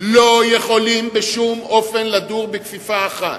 לא יכולים בשום אופן לדור בכפיפה אחת.